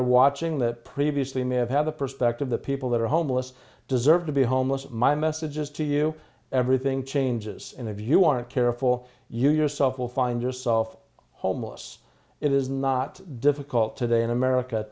are watching that previously may have had the perspective that people that are homeless deserve to be homeless my message is to you everything changes and if you aren't careful you yourself will find yourself homeless it is not difficult today in america